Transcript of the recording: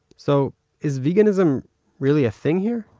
so is veganism really a thing here?